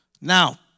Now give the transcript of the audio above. Now